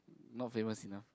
not famous enough